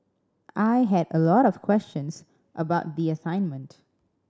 I had a lot of questions about the assignment